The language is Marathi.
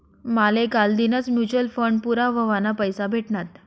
माले कालदीनच म्यूचल फंड पूरा व्हवाना पैसा भेटनात